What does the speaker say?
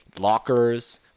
lockers